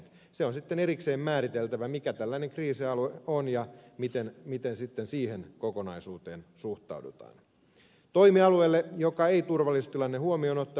se on sitten erikseen määriteltävä mikä tällainen kriisialue on ja miten sitten siihen kokonaisuuteen suhtaudutaan toimialueelle joka ei turvallistilanne huomioonotto